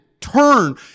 turn